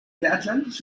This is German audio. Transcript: mit